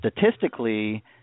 statistically